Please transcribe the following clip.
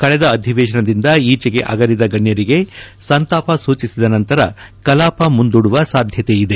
ಕಳೆದ ಅಧಿವೇಶನದಿಂದ ಈಚೆಗೆ ಆಗಲಿದ ಗಣ್ಣರಿಗೆ ಸಂತಾಪ ಸೂಚಿಸಿದ ನಂತರ ಕಲಾಪ ಮುಂದೂಡುವ ಸಾಧ್ವತೆ ಇದೆ